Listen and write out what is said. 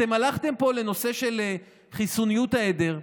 אתם הלכתם פה לנושא של חיסון העדר,